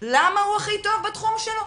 למה הוא הכי טוב בתחום שלו,